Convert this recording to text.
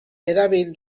erabil